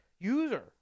user